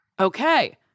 okay